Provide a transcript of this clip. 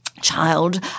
child